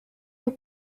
your